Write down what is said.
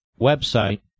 website